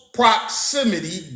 proximity